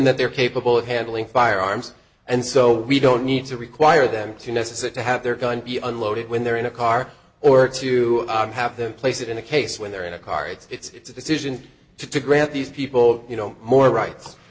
that they're capable of handling firearms and so we don't need to require them to necessary to have their gun be unloaded when they're in a car or to have them place it in a case when they're in a car it's a decision to grant these people you know more rights